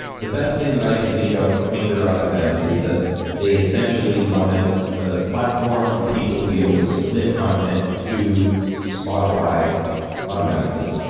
the best thing that i can think of for anchor fm is that they essentially wanted a platform for people to be able to submit content to spotify automatically.